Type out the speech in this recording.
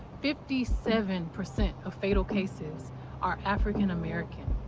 fifty seven percent of fatal cases are african american.